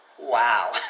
Wow